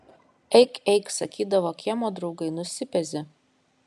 eik eik sakydavo kiemo draugai nusipezi